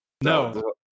No